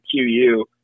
QU